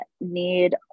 need